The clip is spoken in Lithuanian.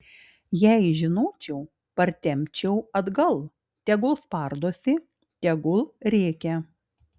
jei žinočiau partempčiau atgal tegul spardosi tegul rėkia